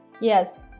Yes